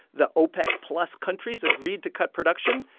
the opec-plus countries agreed to cut production,